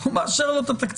נו כי הוא מאשר את התקציב.